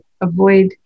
avoid